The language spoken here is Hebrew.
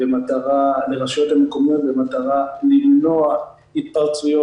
לרשויות המקומיות במטרה למנוע התפרצויות.